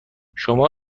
شما